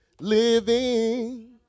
living